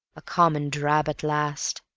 a common drab at last.